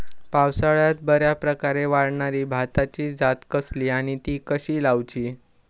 पावसात बऱ्याप्रकारे वाढणारी भाताची जात कसली आणि ती कशी लाऊची?